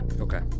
Okay